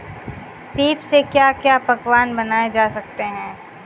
सीप से क्या क्या पकवान बनाए जा सकते हैं?